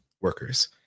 workers